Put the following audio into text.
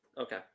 Okay